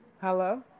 Hello